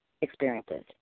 experiences